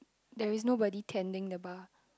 there is nobody tending the bar